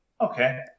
Okay